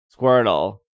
Squirtle